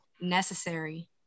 necessary